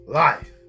life